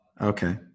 okay